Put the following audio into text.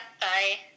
Bye